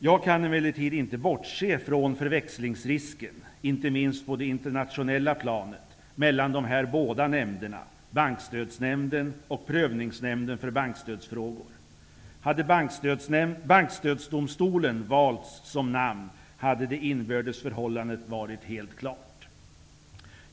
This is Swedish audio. Jag kan emellertid inte bortse från förväxlingsrisken, inte minst på det internationella planet, mellan de här båda nämnderna, Bankstödsnämnden och Prövningsnämnden för bankstödsfrågor. Hade Bankstödsdomstolen valts som namn hade det inbördes förhållandet varit helt klart.